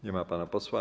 Nie ma pana posła.